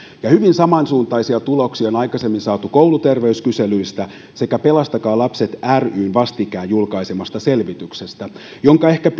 hyvin samansuuntaisia tuloksia on aikaisemmin saatu kouluterveyskyselyistä sekä pelastakaa lapset ryn vastikään julkaisemasta selvityksestä jonka ehkä